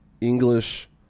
English